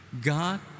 God